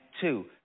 two